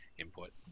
input